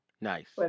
Nice